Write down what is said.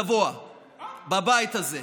דבר אחד אני אומר לך: אל תהיה צבוע בבית הזה.